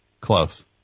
Close